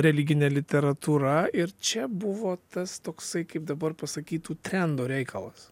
religinė literatūra ir čia buvo tas toksai kaip dabar pasakytų trendo reikalas